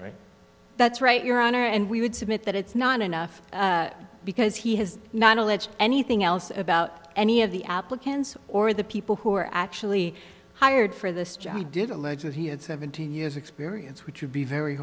right that's right your honor and we would submit that it's not enough because he has not alleged anything else about any of the applicants or the people who are actually hired for this job he did allege that he had seventeen years experience which would be very